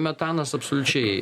metanas absoliučiai